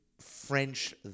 French